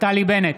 נפתלי בנט,